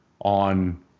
on